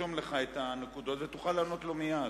תרשום לך את הנקודות ותוכל לענות לו מייד.